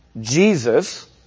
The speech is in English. Jesus